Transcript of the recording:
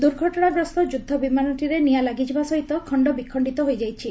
ଦୁର୍ଘଟଣାଗ୍ରସ୍ଠ ଯୁଦ୍ଧ ବିମାନଟିରେ ନିଆଁ ଲାଗିଯିବା ସହିତ ଖଣ୍ଡବିଖଣ୍ଡିତ ହୋଇଯାଇଛି